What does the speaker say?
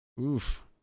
Oof